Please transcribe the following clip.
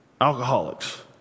alcoholics